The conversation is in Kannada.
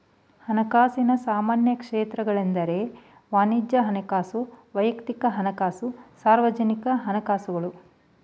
ಹಣಕಾಸಿನ ಸಾಮಾನ್ಯ ಕ್ಷೇತ್ರಗಳೆಂದ್ರೆ ವಾಣಿಜ್ಯ ಹಣಕಾಸು, ವೈಯಕ್ತಿಕ ಹಣಕಾಸು, ಸಾರ್ವಜನಿಕ ಹಣಕಾಸುಗಳು